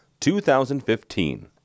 2015